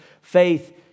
faith